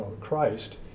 Christ